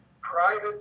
private